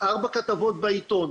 ארבע כתבות בעיתון,